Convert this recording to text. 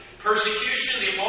Persecution